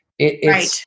Right